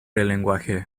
lenguaje